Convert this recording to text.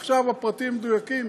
עכשיו, הפרטים המדויקים,